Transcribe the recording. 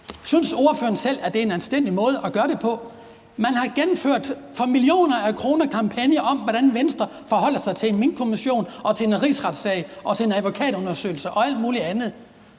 Synes ordføreren selv, at det er en anstændig måde at gøre det på? Man har gennemført for millioner af kroner kampagner om, hvordan Venstre forholder sig til Minkkommissionen, til en rigsretssag og til en advokatundersøgelse og alt muligt andet.